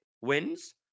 wins